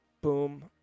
Boom